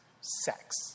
sex